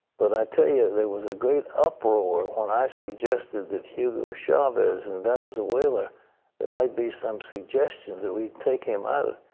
but i'll tell you, there was a great up roar when i suggested that hugo chavez in venezuela there might be some suggestion that we take him out.